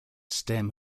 stem